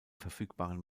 verfügbaren